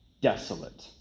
desolate